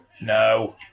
no